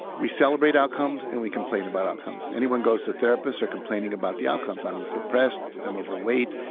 we celebrate outcomes and we complain about outcomes anyone goes to therapists are complaining about the outcomes i'm depressed, i'm overweight,